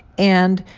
and,